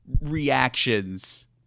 reactions –